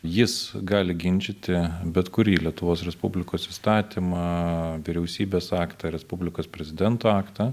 jis gali ginčyti bet kurį lietuvos respublikos įstatymą vyriausybės aktą respublikos prezidento aktą